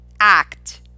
act